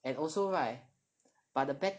and also right but the bad